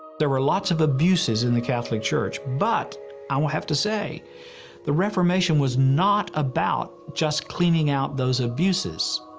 there were lots of abuses in the catholic church, but i would have to say the reformation was not about just cleaning out those abuses.